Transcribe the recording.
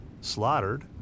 slaughtered